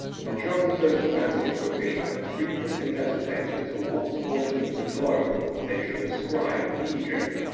the geographers of antiquity have frequently hesitated to what portion of the globe they should ascribe egypt.